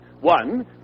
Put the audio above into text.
One